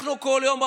אנחנו כל יום,